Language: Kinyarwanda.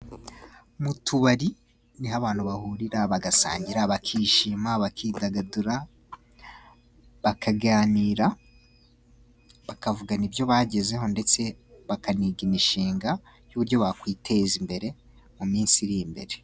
Mu tubari ni ho abantu bahurira bagasangira, bakishima, bakidagadura, bakaganira, bakavugana ibyo bagezeho ndetse bakaniga imishinga, y'uburyo bakwiteza imbere mu minsi iri imbere.